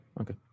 okay